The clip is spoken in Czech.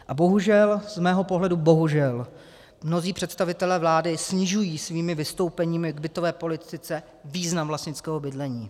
A bohužel, z mého pohledu bohužel, mnozí představitelé vlády snižují svými vystoupeními k bytové politice význam vlastnického bydlení.